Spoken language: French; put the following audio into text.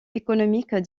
économiques